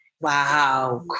Wow